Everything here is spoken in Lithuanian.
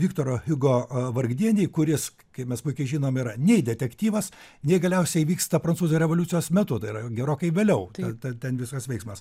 viktoro hugo vargdieniai kuris kaip mes puikiai žinom yra nei detektyvas nei galiausiai vyksta prancūzų revoliucijos metu tai yra jau gerokai vėliau ta ten visas veiksmas